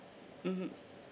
mmhmm